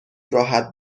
راحت